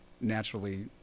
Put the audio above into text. naturally